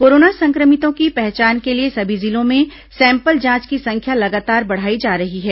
corona संक्रमितों की पहचान के लिए सभी जिलों में सैंपल जांच की संख्या लगातार बढ़ाई जा रही है